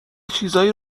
چیزایی